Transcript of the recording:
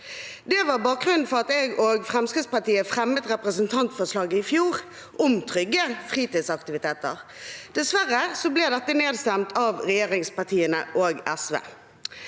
Det var bakgrunnen for at jeg og Fremskrittspartiet fremmet et representantforslag i fjor om trygge fritidsaktiviteter. Dessverre ble det nedstemt av regjeringspar tiene og SV.